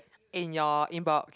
in your inbox